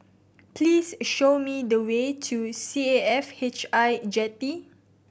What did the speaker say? please show me the way to C A F H I Jetty